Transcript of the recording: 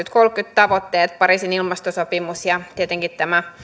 tavoitteet pariisin ilmastosopimus ja tietenkin tämä